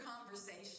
conversation